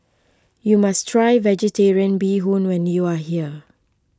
you must try Vegetarian Bee Hoon when you are here